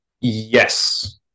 Yes